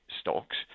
stocks